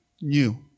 new